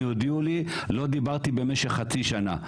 אני הודיעו לי, לא דיברתי במשך חצי שנה.